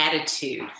attitude